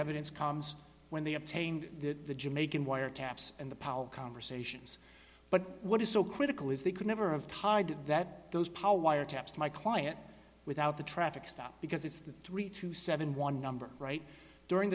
evidence comes when they obtained the jamaican wiretaps and the power conversations but what is so critical is they could never have tied that those power wire taps my client without the traffic stop because it's the three to seventy one number right during